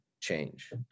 change